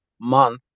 month